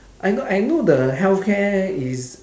I know I know the healthcare is